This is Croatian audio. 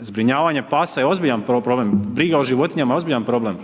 zbrinjavanje pasa je ozbiljan problem, briga o životinjama je ozbiljan problem,